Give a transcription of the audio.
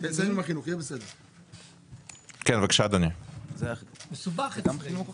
שוויוני ובסדר, אז מתגמשים גם בתקנון.